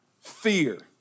fear